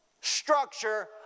structure